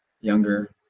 younger